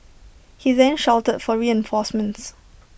he then shouted for reinforcements